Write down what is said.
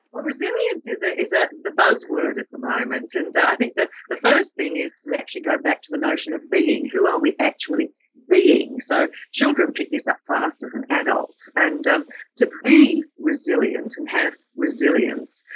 well resilience is ah is ah the buzz word at the moment and i think the the first thing is to actually go back to the notion of being, who are we actually being so, children actually pick this up faster than adults and to be resilient, and to have resilience,